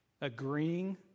agreeing